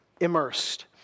immersed